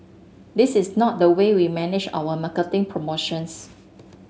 this is not the way we manage our marketing promotions